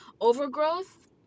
overgrowth